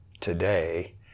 today